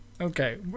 Okay